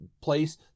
place